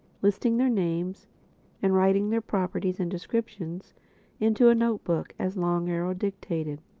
listing their names and writing their properties and descriptions into a note-book as long arrow dictated.